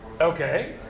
Okay